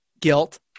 guilt